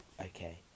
Okay